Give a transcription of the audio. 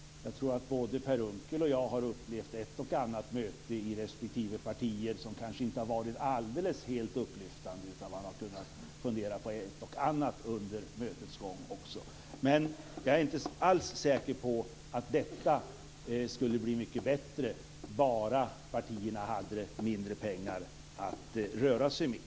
Jag tror att både Per Unckel och jag har upplevt ett och annat möte i respektive parti som kanske inte har varit alldeles helt upplyftande, utan man har kunnat fundera på ett och annat under mötets gång också. Men jag är inte alls säker på att detta skulle bli mycket bättre bara partierna hade mindre pengar att röra sig med.